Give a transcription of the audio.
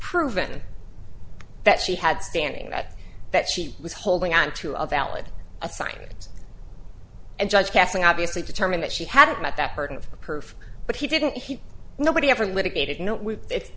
proven that she had standing that that she was holding on to a valid assignment and judge casting obviously determined that she had met that burden of proof but he didn't he nobody ever litigated